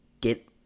get